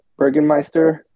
bergenmeister